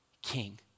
king